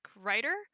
writer